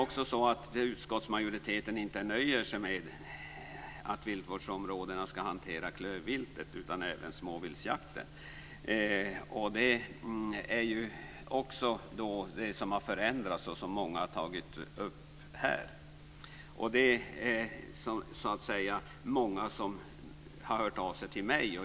Utskottsmajoriteten nöjer sig inte med att viltvårdsområdena ska hantera klöverviltet utan de ska också hantera småviltsjakten. Det är också en förändring som flera här har tagit upp. Det är många som har hört av sig till mig.